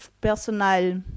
personal